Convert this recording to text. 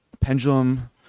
pendulum